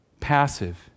passive